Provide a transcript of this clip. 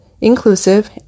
inclusive